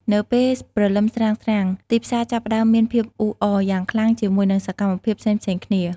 នៅពេលព្រលឹមស្រាងៗ ទីផ្សារចាប់ផ្តើមមានភាពអ៊ូអរយ៉ាងខ្លាំងជាមួយនឹងសកម្មភាពផ្សេងៗគ្នា។